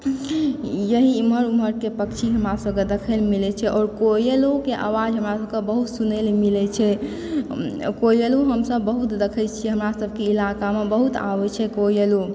Peaky एम्हर ओम्हर के पछिम हमरा सब देखै लऽ मिलै छै और कोयलो के आवाज़ हमरा सब के बहुत सुनै लए मिलै छै कोयलो हम सब बहुत देखै छियै हमरा सब के इलाका मे बहुत आबै छै कोयलो